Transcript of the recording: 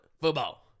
football